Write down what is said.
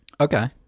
Okay